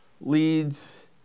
leads